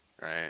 Right